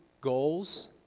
goals